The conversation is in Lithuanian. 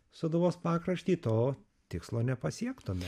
sūduvos pakraštį to tikslo nepasiektume